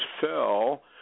fell